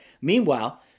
Meanwhile